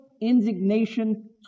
indignation